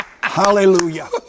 Hallelujah